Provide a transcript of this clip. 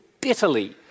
bitterly